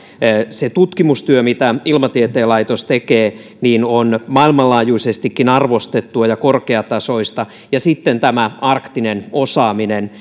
se tutkimustyö mitä ilmatieteen laitos tekee on maailmanlaajuisestikin arvostettua ja korkeatasoista ja sitten on tämä arktinen osaaminen